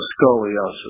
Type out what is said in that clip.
scoliosis